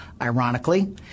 Ironically